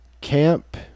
Camp